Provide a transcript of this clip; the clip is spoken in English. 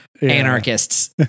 Anarchists